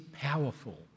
powerful